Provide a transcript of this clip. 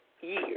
years